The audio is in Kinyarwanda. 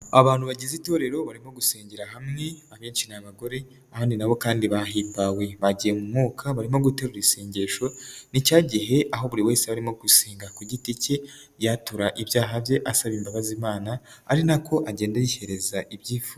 Abantu bagize itorero barimo gusengera hamwe, abenshi ni abagore abandi nabo kandi bahimbawe bagiye mu mwuka ,barimo guterura isengesho ni cya gihe, aho buri wese aba arimo kusenga ku giti ke yatura ibyaha bye asaba imbabazi Imana ari nako agenda ayihereza ibyifuzo.